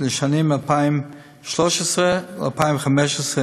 לשנים 2013 2015,